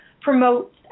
promote